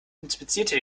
inspizierte